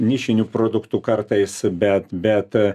nišinių produktų kartais bet bet